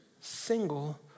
single